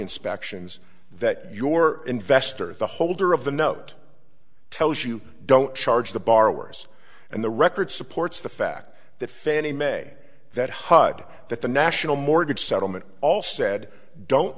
inspections that your investor the holder of the note tells you don't charge the borrowers and the record supports the fact that fannie mae that hud that the national mortgage settlement all said don't